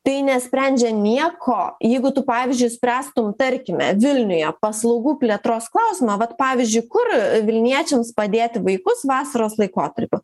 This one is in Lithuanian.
tai nesprendžia nieko jeigu tu pavyzdžiui spręstum tarkime vilniuje paslaugų plėtros klausimą vat pavyzdžiui kur vilniečiams padėti vaikus vasaros laikotarpiu